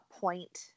point